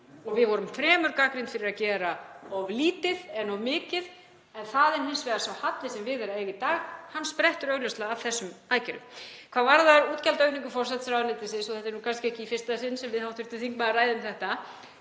Við vorum fremur gagnrýnd fyrir að gera of lítið en of mikið. En það er hins vegar sá halli sem við er að eiga í dag. Hann sprettur augljóslega af þessum aðgerðum. Hvað varðar útgjaldaaukningu forsætisráðuneytisins, og þetta er kannski ekki í fyrsta sinn sem við hv. þingmaður ræðum þetta